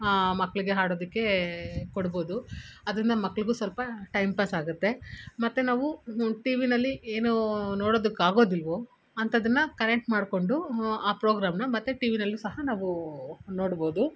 ಮಕ್ಕಳಿಗೆ ಆಡೋದಕ್ಕೇ ಕೊಡ್ಬೋದು ಅದರಿಂದ ಮಕ್ಳಿಗೂ ಸ್ವಲ್ಪ ಟೈಮ್ ಪಾಸ್ ಆಗುತ್ತೆ ಮತ್ತು ನಾವು ಟಿ ವಿನಲ್ಲಿ ಏನೂ ನೋಡೊದಕ್ಕಾಗೋದಿಲ್ವೋ ಅಂಥದ್ದನ್ನ ಕನೆಟ್ ಮಾಡಿಕೊಂಡು ಆ ಪ್ರೋಗ್ರಾಮ್ನ ಮತ್ತು ಟಿ ವಿನಲ್ಲು ಸಹ ನಾವೂ ನೋಡ್ಬೋದು